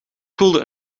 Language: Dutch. voelde